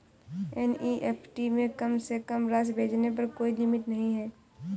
NEFT में कम से कम राशि भेजने पर कोई लिमिट नहीं है